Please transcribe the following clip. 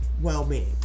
well-being